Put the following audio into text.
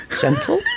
gentle